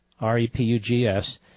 R-E-P-U-G-S